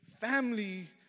family